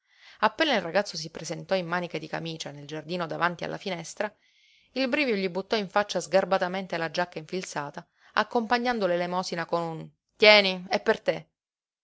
appena il ragazzo si presentò in maniche di camicia nel giardino davanti alla finestra il brivio gli buttò in faccia sgarbatamente la giacca infilzata accompagnando l'elemosina con un tieni è per te